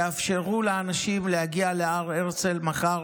תאפשרו לאנשים להגיע להר הרצל מחר,